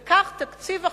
וכך תקציב החינוך,